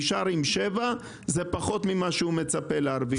הוא נשאר עם שבע, זה פחות ממה שהוא מצפה להרוויח.